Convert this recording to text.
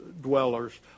dwellers